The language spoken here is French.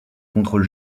contrôle